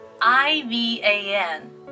I-V-A-N